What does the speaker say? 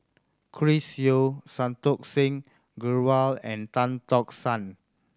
Chris Yeo Santokh Singh Grewal and Tan Tock San